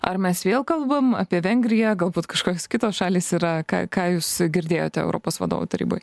ar mes vėl kalbam apie vengriją galbūt kažkokios kitos šalys yra ką ką jūs girdėjote europos vadovų taryboje